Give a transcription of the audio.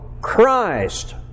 Christ